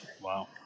Wow